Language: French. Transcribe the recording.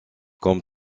comme